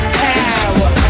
power